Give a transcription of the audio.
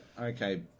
okay